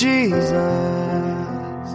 Jesus